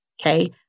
Okay